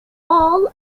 all